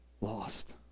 lost